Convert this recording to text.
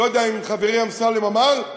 לא יודע אם חברי אמסלם אמר,